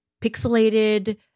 pixelated